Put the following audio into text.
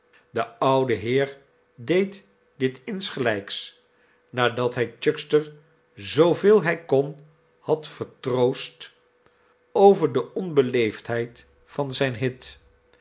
de oude heer deed dit insgehjks nadat hij ohuckster zooveel hij kon had vertroost over de pnbeleefdheid van zijn hit